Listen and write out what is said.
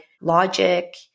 logic